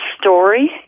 story